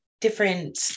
different